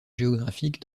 géographique